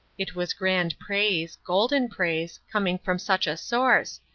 it was grand praise, golden praise, coming from such a source,